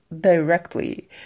directly